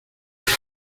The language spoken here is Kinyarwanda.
nawe